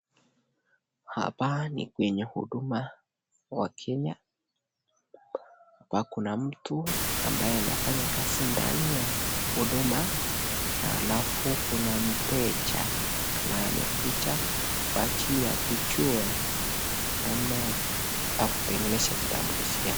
Hapa ni kwenye huduma wa Kenya, hapa kuna mtu ambaye anafanya kazi ndani ya huduma halafu kuna mteja ambaye amekuja kwa ajili ya kujua namna ya kutengeneza kitambulisho yake.